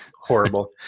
horrible